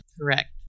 Correct